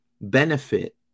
benefit